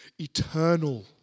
eternal